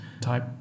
type